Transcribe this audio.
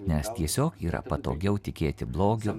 nes tiesiog yra patogiau tikėti blogiu